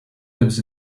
lives